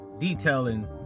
Detailing